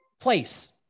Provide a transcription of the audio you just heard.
place